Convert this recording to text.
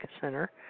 Center